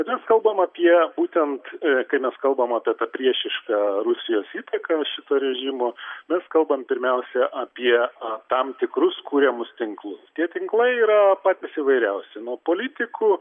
bet mes kalbam apie būtent kai mes kalbam apie tą priešišką rusijos įtaką šito režimo mes kalbam pirmiausia apie tam tikrus kuriamus tinklus tie tinklai yra patys įvairiausi nuo politikų